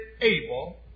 able